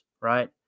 right